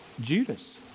Judas